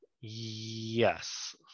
Yes